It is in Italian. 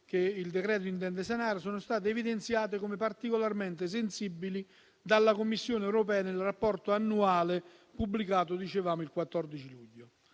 che il decreto-legge intende sanare sono state evidenziate come particolarmente sensibili dalla Commissione europea nel rapporto annuale pubblicato il 14 luglio.